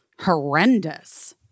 horrendous